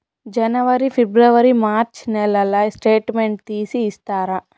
జనవరి, ఫిబ్రవరి, మార్చ్ నెలల స్టేట్మెంట్ తీసి ఇస్తారా?